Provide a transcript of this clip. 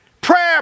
Prayer